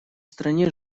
стране